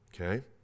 Okay